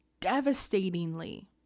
devastatingly